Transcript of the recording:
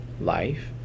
life